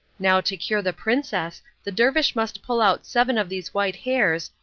now to cure the princess the dervish must pull out seven of these white hairs,